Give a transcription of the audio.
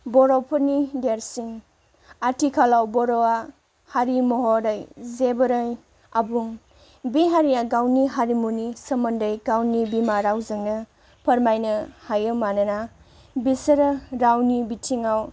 बर'फोरनि देरसिन आथिखालाव बर'आ हारि महरै जोबोरै आबुं बे हारिआ गावनि हारिमुनि सोमोन्दै गावनि बिमा रावजोंनो फोरमायनो हायो मानोना बिसोरो रावनि बिथिङाव